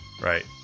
right